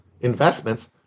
investments